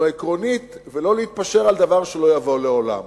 העקרונית ולא להתפשר על דבר שלא יבוא לעולם.